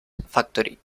factory